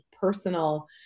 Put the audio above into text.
personal